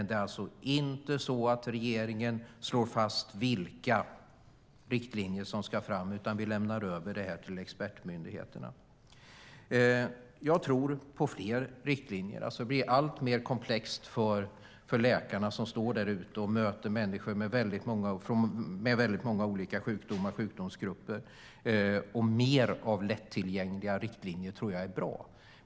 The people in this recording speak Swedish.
Det är alltså inte regeringen som slår fast vilka riktlinjer som ska fram, utan vi lämnar det till expertmyndigheterna. Jag tror på fler riktlinjer. Det blir alltmer komplext för läkarna, som möter människor med många olika sjukdomar, och mer lättillgängliga riktlinjer tror jag är bra.